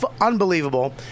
unbelievable